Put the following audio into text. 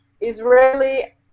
Israeli